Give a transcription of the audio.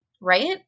right